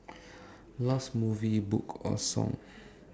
last movie book or song